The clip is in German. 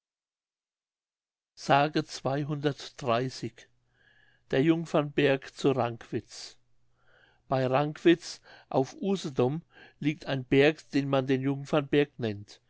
der jungfernberg zu rankwitz bei rankwitz auf usedom liegt ein berg den man den jungfernberg nennt